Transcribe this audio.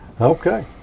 Okay